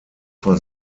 vor